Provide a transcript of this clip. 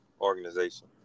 organization